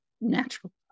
natural